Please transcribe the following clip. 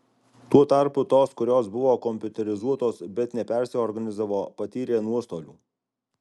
tuo tarpu tos kurios buvo kompiuterizuotos bet nepersiorganizavo patyrė nuostolių